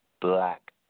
black